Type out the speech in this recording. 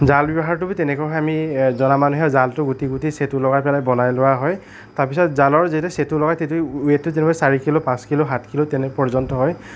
জাল ব্যৱহাৰটো তেনেকৈ হয় আমি জনা মানুহে জালটো গুটি গুটি চেটু লগাই পেলাই বনাই লোৱা হয় তাৰপিছত জালৰ যেতিয়া চেটু লগাই তেতিয়া ৱেইটটো যেনিবা চাৰি কিলো পাঁচ কিলো সাত কিলো তেনে পৰ্যন্ত হয়